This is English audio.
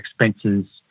expenses